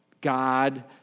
God